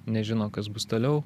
nežino kas bus toliau